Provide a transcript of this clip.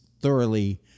thoroughly